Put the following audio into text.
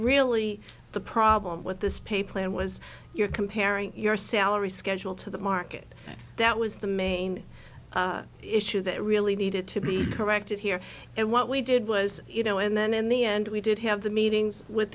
really the problem with this pay plan was you're comparing your salary schedule to the market that was the main issue that really needed to be corrected here and what we did was you know and then in the end we did have the meetings with